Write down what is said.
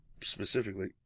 specifically